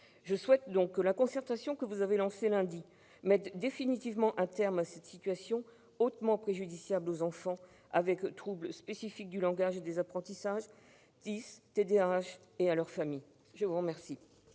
Je souhaite donc que la concertation que vous avez lancée lundi dernier mette définitivement un terme à cette situation hautement préjudiciable aux enfants atteints de troubles spécifiques du langage et des apprentissages, « dys », TDAH et à leurs familles. La parole